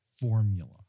formula